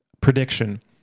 prediction